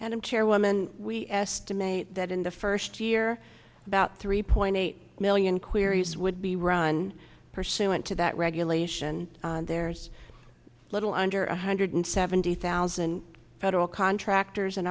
and in chairwoman we estimate that in the first year about three point eight million queries would be run pursuant to that regulation there's a little under one hundred seventy thousand federal contractors in